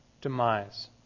demise